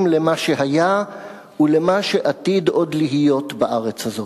למה שהיה ולמה שעתיד עוד להיות בארץ הזאת.